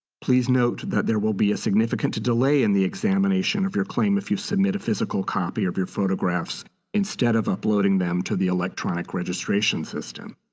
please note that there will be a significant delay in the examination of your claim if you submit a physical copy of your photographs instead of uploading them to the electronic registration system.